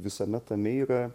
visame tame yra